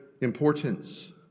importance